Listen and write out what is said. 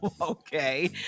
okay